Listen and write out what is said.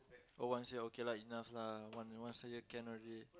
oh once a year okay lah enough lah one once a year can already